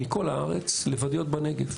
מכל הארץ לוואדיות בנגב.